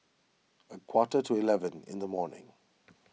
a quarter to eleven in the morning